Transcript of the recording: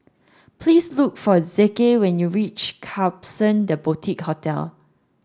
please look for Zeke when you reach Klapson The Boutique Hotel